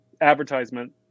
advertisement